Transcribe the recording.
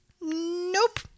Nope